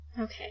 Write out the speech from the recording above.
Okay